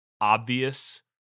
obvious